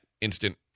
instant